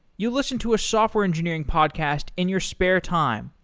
you listen to a software engineering podcast in your spare time,